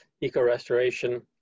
eco-restoration